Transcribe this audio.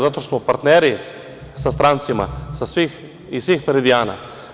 Zato što smo partneri sa strancima iz svih meridijana.